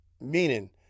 Meaning